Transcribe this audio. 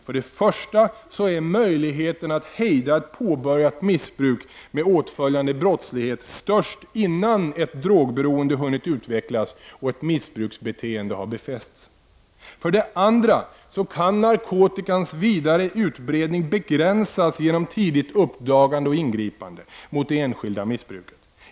För det första är möjligheten att hejda ett påbörjat missbruk med åtföljande brottslighet störst innan ett drogberoende hunnit utvecklas och ett missbruksbeteende har befästs. För det andra kan narkotikans vidare utbredning begränsas genom tidigt uppdagande och ingripande mot det enskilda missbruket.